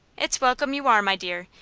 it's welcome you are, my dear,